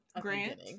Grant